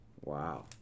Wow